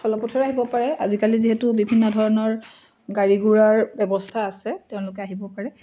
আহিব পাৰে আজিকালি যিহেতু বিভিন্ন ধৰণৰ গাড়ী ঘোৰাৰ ব্যৱস্থা আছে তেওঁলোকে আহিব পাৰে